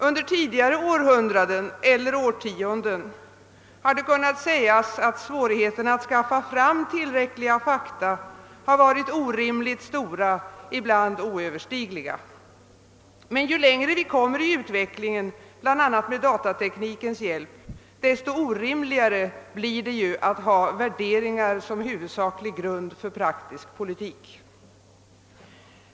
Under tidigare århundraden eller årtionden har det kunnat sägas att svårigheterna att skaffa fram tillräckliga fakta har varit orimligt stora, ibland oöverstigliga. Men ju längre vi kommer i utvecklingen, bl.a. med datateknikens hjälp, desto orimligare blir det att ha värderingar som huvudsaklig grund på praktisk politik.